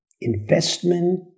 investment